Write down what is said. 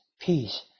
peace